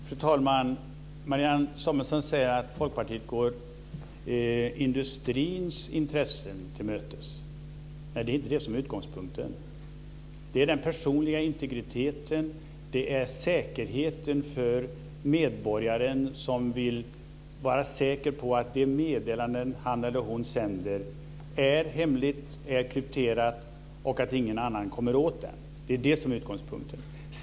Fru talman! Marianne Samuelsson säger att Folkpartiet går industrins intressen till mötes. Det är inte det som är utgångspunkten. Det är den personliga integriteten. Det är säkerheten för medborgaren som vill vara säker på att det meddelande han eller hon sänder är hemligt och krypterat och att ingen annan kommer åt det. Det är det som är utgångspunkten.